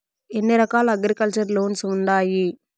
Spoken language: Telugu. ఎన్ని రకాల అగ్రికల్చర్ లోన్స్ ఉండాయి